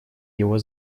его